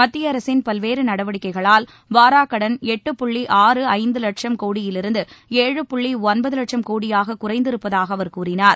மத்திய அரசின் பல்வேறு நடவடிக்கைகளால் வாராக்கடன் எட்டு புள்ளி ஆறு ஐந்து லட்சம் கோடியிலிருந்து ஏழு புள்ளி ஒன்பது லட்சம் கோடியாக குறைந்திருப்பதாக அவர் கூறினார்